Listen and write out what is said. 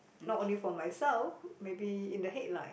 not only for myself maybe in the headline